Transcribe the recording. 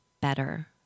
better